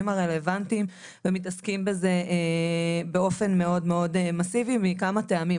הרלוונטיים ומתעסקים עם זה באופן מאוד מאוד מסיבי מכמה טעמים.